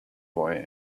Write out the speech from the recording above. boy